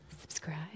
Subscribe